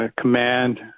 command